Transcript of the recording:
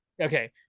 Okay